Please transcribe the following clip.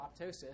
apoptosis